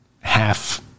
half